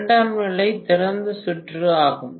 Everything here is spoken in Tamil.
இரண்டாம் நிலை திறந்த சுற்று ஆகும்